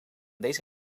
deze